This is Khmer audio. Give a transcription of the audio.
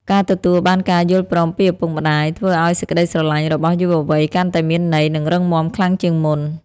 ការទទួលបានការយល់ព្រមពីឪពុកម្ដាយ ធ្វើឱ្យសេចក្ដីស្រឡាញ់របស់យុវវ័យកាន់តែមានន័យ និងរឹងមាំខ្លាំងជាងមុន។